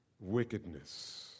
wickedness